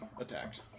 attacked